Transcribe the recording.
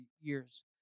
years